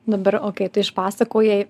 dabar okei tu išpasakojai